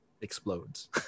explodes